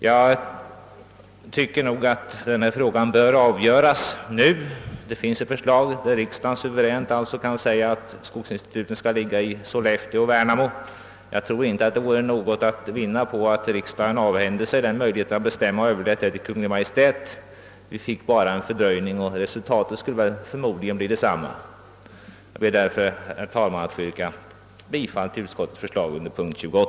Jag tycker att denna fråga bör avgöras nu. Det föreligger ett förslag som gör det möjligt för riksdagen att suveränt bestämma, att skogsinstituten skall ligga i Sollefteå och Värnamo. Jag tror inte att något vore att vinna på att riksdagen avhände sig beslutanderätten i frågan och överlät denna till Kungl. Maj:t. Det skulle bara medföra en fördröjning, och resultatet skulle förmodligen i alla fall bli detsamma. Jag ber därför, herr talman, att få yrka bifall till utskottets hemställan på denna punkt.